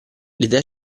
l’idea